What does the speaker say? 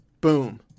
Boom